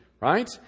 Right